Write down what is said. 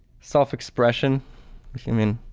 self-expression of human,